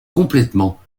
complètement